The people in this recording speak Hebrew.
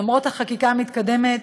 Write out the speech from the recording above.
למרות החקיקה המתקדמת.